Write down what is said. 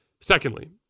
Secondly